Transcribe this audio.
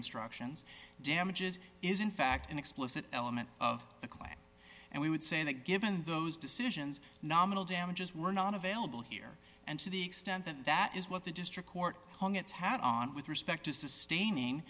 instructions damages is in fact an explicit element of the client and we would say that given those decisions nominal damages were not available here and to the extent that that is what the district court hung its hat on with respect to sustaining